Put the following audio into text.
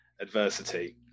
adversity